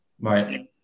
right